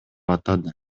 атады